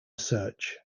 research